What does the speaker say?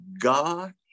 God